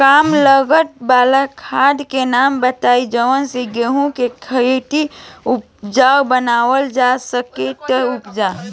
कम लागत वाला खाद के नाम बताई जवना से गेहूं के खेती उपजाऊ बनावल जा सके ती उपजा?